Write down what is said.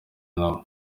nawe